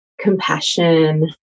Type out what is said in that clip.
compassion